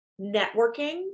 networking